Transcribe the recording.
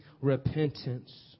repentance